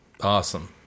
Awesome